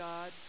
God